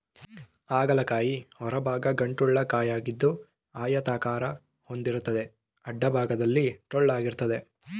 ಹಾಗಲ ಕಾಯಿ ಹೊರಭಾಗ ಗಂಟುಳ್ಳ ಕಾಯಿಯಾಗಿದ್ದು ಆಯತಾಕಾರ ಹೊಂದಿರ್ತದೆ ಅಡ್ಡಭಾಗದಲ್ಲಿ ಟೊಳ್ಳಾಗಿರ್ತದೆ